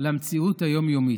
למציאות היום-יומית.